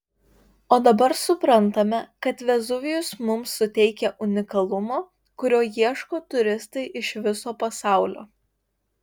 o dabar suprantame kad vezuvijus mums suteikia unikalumo kurio ieško turistai iš viso pasaulio